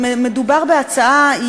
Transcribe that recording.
מדובר בהצעה,